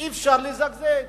אי-אפשר לזגזג.